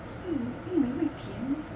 玉米玉米会甜吗